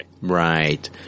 Right